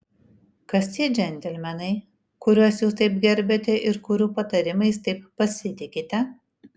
kas tie džentelmenai kuriuos jūs taip gerbiate ir kurių patarimais taip pasitikite